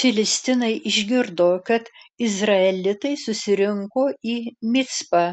filistinai išgirdo kad izraelitai susirinko į micpą